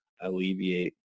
alleviate